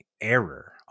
error